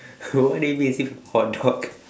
why did you go and say from hotdog